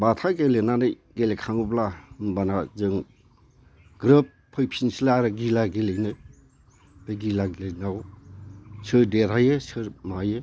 बाथा गेलेनानै गेलेखाङोब्ला होमब्लाना जों ग्रोब फैफिनसैलाय आरो गिला गेलेनो बे गिला गेलेनायाव सोर देरहायो सोर मायो